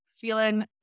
feeling